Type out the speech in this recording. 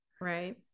right